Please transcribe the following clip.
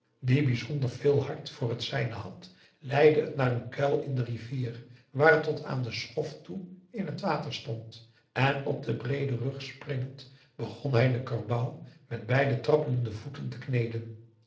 die bijzonder veel hart voor het zijne had leidde het naar een kuil in de rivier waar het tot aan de schoft toe in het water stond en op den breeden rug springend begon hij den karbouw met beide trappelende voeten te kneden